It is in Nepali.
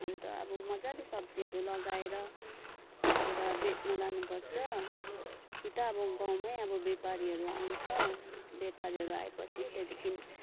अन्त अब मजाले सब्जीहरू लगाएर अन्त बेच्नु लानुपर्छ कि त अब गाउँमै अब व्यापारीहरू आउँछ व्यापारीहरू आएपछि त्यहाँदेखि